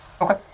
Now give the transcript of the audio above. Okay